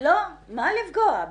--- מה לפגוע?